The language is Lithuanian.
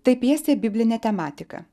tai pjesė bibline tematika